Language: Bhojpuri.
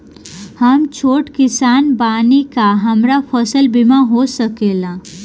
हम छोट किसान बानी का हमरा फसल बीमा हो सकेला?